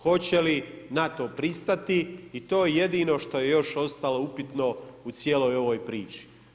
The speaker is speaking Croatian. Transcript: Hoće li na to pristati i to je jedino što je još ostalo upitno u cijeloj ovoj priči.